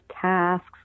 tasks